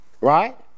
Right